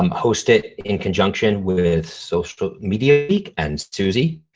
um hosted in conjunction with social media week and suzy.